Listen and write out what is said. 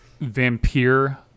Vampire